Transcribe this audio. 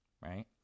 Right